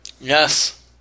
Yes